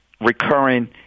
recurring